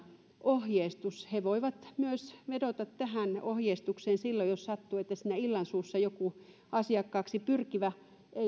ohjeistus he voivat myös vedota tähän ohjeistukseen silloin jos sattuu että siinä illansuussa joku asiakkaaksi pyrkivä ei enää